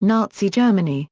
nazi germany